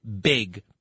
big